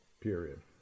Period